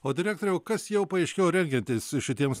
o direktoriau kas jau paaiškėjo rengiantis šitiems